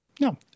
no